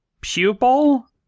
pupil